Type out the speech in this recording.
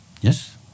Yes